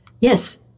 Yes